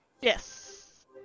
Yes